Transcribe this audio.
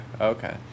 Okay